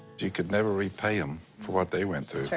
you could never repay them for what they went through.